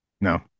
no